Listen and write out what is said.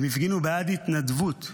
הם הפגינו בעד התנדבות.